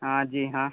हाँ जी हाँ